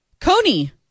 Coney